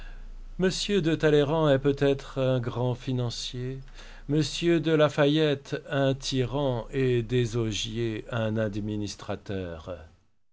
m de talleyrand est peut-être un grand financier m de la fayette un tyran et désaugiers un administrateur